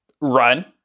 run